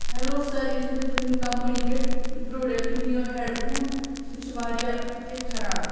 hello sir yes مےٚ تُہٕنٛد company پٮ۪ٹھ پرٛوڈَکٹ نِیو ہٮ۪ڈفون سُہ چھُ واریاہ کینٛہہ خراب